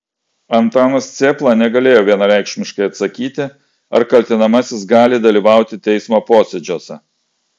antanas cėpla negalėjo vienareikšmiškai atsakyti ar kaltinamasis gali dalyvauti teismo posėdžiuose